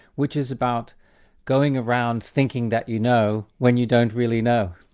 which is about going around thinking that you know, when you don't really know.